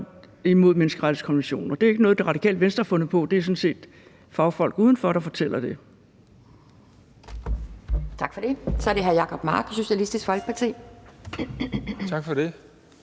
imod menneskerettighedskonventionen. Det er ikke noget, Det Radikale Venstre har fundet på. Det er sådan set fagfolk udenfor, der fortæller det. Kl. 11:34 Anden næstformand (Pia Kjærsgaard): Tak for det.